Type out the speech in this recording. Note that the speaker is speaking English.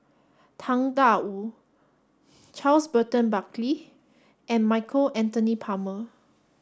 Tang Da Wu Charles Burton Buckley and Michael Anthony Palmer